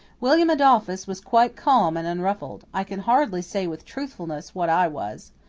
william adolphus was quite calm and unruffled. i can hardly say with truthfulness what i was.